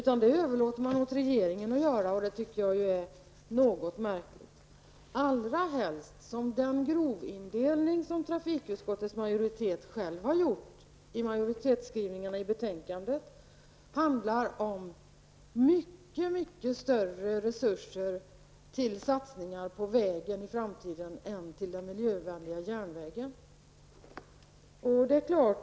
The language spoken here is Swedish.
Han överlåter i stället åt regeringen att göra den avvägningen, och det tycker jag är något märkligt -- allra helst som den grovindelning som kommer till uttryck i utskottsmajoritetens skrivning i betänkandet innebär att de resurser som i framtiden satsas på vägar är mycket större än dem som går till den miljövänliga järnvägen.